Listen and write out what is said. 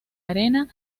arena